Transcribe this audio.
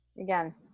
Again